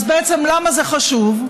אז בעצם למה זה חשוב?